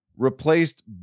Replaced